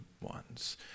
ones